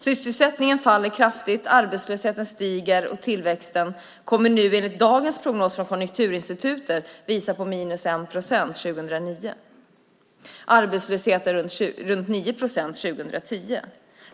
Sysselsättningen faller kraftigt, arbetslösheten stiger, och tillväxten kommer enligt dagens prognos från Konjunkturinstitutet att visa på minus 1 procent 2009, och arbetslösheten kommer att vara runt 9 procent 2010.